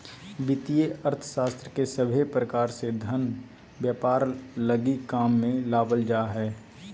वित्तीय अर्थशास्त्र के सभे प्रकार से धन व्यापार लगी काम मे लावल जा हय